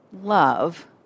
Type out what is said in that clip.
love